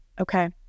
okay